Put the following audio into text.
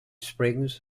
springs